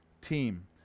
team